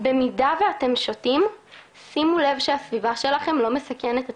במידה ואתם שותים שימו לב שהסביבה שלכם לא מסכנת אתכם.